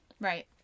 Right